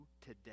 today